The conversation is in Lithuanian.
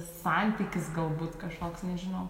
santykis galbūt kažkoks nežinau